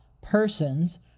persons